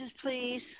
please